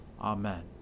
Amen